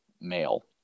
male